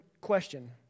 question